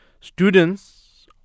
Students